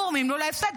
היא גורמת לנו לנצח?